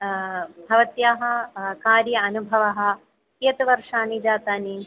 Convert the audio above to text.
भवत्याः कार्ये अनुभवः कियत् वर्षानि जातानि